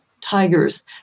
tigers